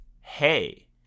hey